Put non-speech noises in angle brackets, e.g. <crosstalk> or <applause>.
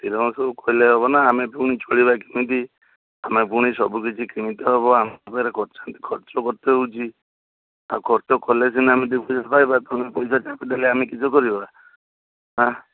ଏଇରଙ୍କ ସବୁ କଲେ ହବନା ଆମେ ପୁଣି ଚଳିବା କେମିତି ଆମେ ପୁଣି ସବୁକିଛି କିଣିତେ ହବ ଆମ ପାଖରେ <unintelligible> ହଉଛି ଆଉ ଖର୍ଚ୍ଚ କଲେ ସିନା ଆମେ ଦୁଇ ପଇସା ପାଇବା ତୁମେ ପଇସା ଠକିଦେଲେ ଆମେ କିସ କରିବା ଆଁ